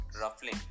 ruffling